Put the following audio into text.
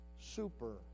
super